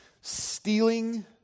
stealing